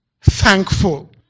thankful